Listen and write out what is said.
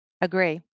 Agree